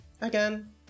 Again